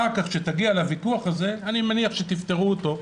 אחר כך כשתגיע לוויכוח הזה, אני מניח שתפתרו אותו,